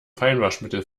feinwaschmittel